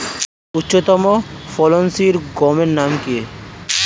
সর্বতম উচ্চ ফলনশীল গমের নাম কি?